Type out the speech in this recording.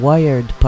Wired